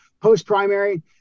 Post-primary